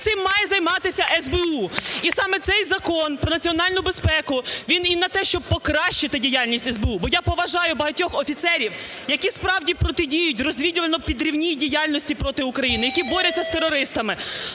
цим має займатися СБУ. І саме цей Закон про національну безпеку, він і на те, щоб покращити діяльність СБУ. Бо я поважаю багатьох офіцерів, які, справді, протидіють розвідувально-підривній діяльності проти України, які борються з терористами.